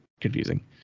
confusing